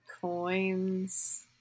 Coins